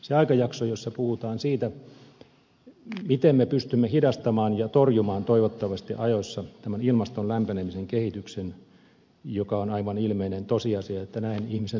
se aikajakso jossa puhutaan siitä miten me pystymme hidastamaan ja torjumaan toivottavasti ajoissa tämän ilmaston lämpenemisen kehityksen joka on aivan ilmeinen tosiasia että näin ihmisen toimesta tapahtuu